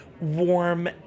warm